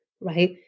right